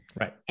right